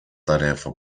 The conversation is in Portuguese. tarefa